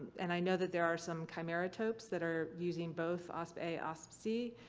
and i know that there are some chimeratopes that are using both ospa ospc,